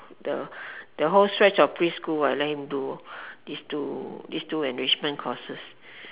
the the whole stretch of preschool I let him do this two this two enrichment courses